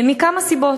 מכמה סיבות.